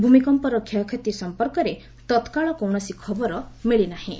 ଭୂମିକମ୍ପର କ୍ଷୟକ୍ଷତି ସମ୍ପର୍କରେ ତତ୍କାଳ କୌଣସି ଖବର ମିଳି ନାହିଁ